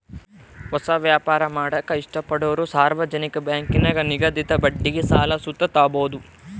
ಹೊಸ ವ್ಯಾಪಾರ ಮಾಡಾಕ ಇಷ್ಟಪಡೋರು ಸಾರ್ವಜನಿಕ ಬ್ಯಾಂಕಿನಾಗ ನಿಗದಿತ ಬಡ್ಡಿಗೆ ಸಾಲ ಸುತ ತಾಬೋದು